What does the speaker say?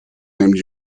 neemt